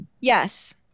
Yes